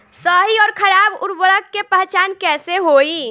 सही अउर खराब उर्बरक के पहचान कैसे होई?